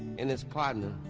and his partner,